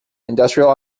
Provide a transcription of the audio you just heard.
industrial